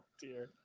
dear